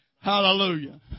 Hallelujah